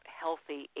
healthy